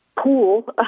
pool